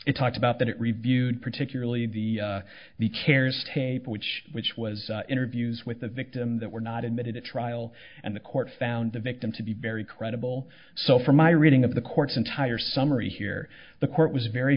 it talked about that it reviewed particularly the the keris tape which which was interviews with the victim that were not admitted at trial and the court found the victim to be very credible so from my reading of the court's entire summary here the court was very